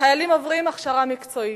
החיילים עוברים הכשרה מקצועית,